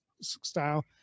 style